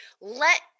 let